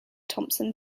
thomson